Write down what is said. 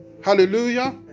hallelujah